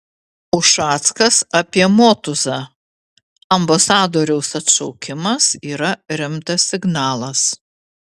ušackas apie motuzą ambasadoriaus atšaukimas yra rimtas signalas